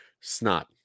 snot